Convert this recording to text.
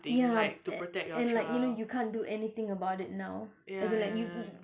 ya and and like you know you can't do anything about it now as in like you